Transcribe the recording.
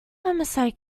homicide